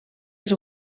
els